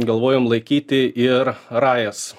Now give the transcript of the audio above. galvojom laikyti ir rajas